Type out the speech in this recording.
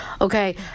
Okay